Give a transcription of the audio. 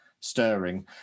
Stirring